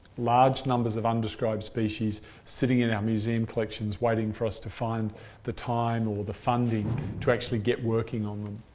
large numbers of undescribed species sitting in our museum collections waiting for us to find the time or the funding to actually get working on them.